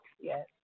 Yes